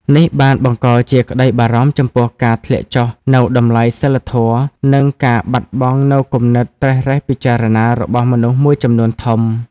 នេះបានបង្កជាក្តីបារម្ភចំពោះការធ្លាក់ចុះនូវតម្លៃសីលធម៌ និងការបាត់បង់នូវគំនិតត្រិះរិះពិចារណារបស់មនុស្សមួយចំនួនធំ។